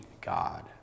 God